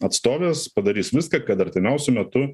atstovės padarys viską kad artimiausiu metu